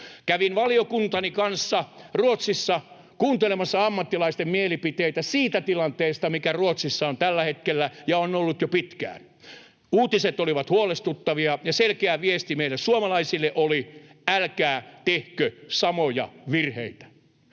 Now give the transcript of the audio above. Kävin valiokuntani kanssa Ruotsissa kuuntelemassa ammattilaisten mielipiteitä siitä tilanteesta, mikä Ruotsissa on tällä hetkellä ja on ollut jo pitkään. Uutiset olivat huolestuttavia, ja selkeä viesti meille suomalaisille oli: älkää tehkö samoja virheitä,